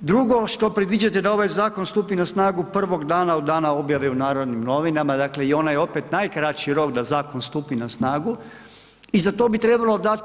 Drugo što predviđate da ovaj zakon stupi na snagu prvog dana od dana objave u Narodnim novinama, dakle i onaj opet najkraći rok da zakon stupi na snagu, i za to bi trebalo dati